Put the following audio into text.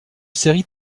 séries